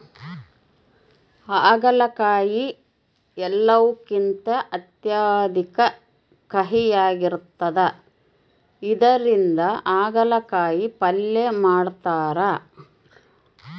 ಆಗಲಕಾಯಿ ಎಲ್ಲವುಕಿಂತ ಅತ್ಯಧಿಕ ಕಹಿಯಾಗಿರ್ತದ ಇದರಿಂದ ಅಗಲಕಾಯಿ ಪಲ್ಯ ಮಾಡತಾರ